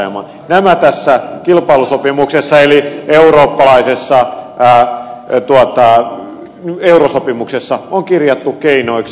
nämä tässä kilpailusopimuksessa eli verran lehdissä etu ja eu eurosopimuksessa on kirjattu keinoiksi